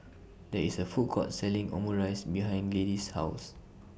There IS A Food Court Selling Omurice behind Gladyce's House